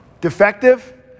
defective